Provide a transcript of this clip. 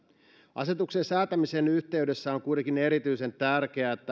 asetuksen säätämisen yhteydessä on kuitenkin erityisen tärkeää että